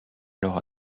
alors